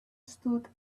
stood